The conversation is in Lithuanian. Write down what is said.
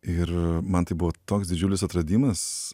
ir man tai buvo toks didžiulis atradimas